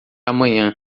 amanhã